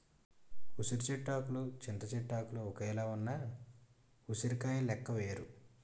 ఉసిరి చెట్టు ఆకులు చింత చెట్టు ఆకులు ఒక్కలాగే ఉన్న ఉసిరికాయ లెక్క వేరు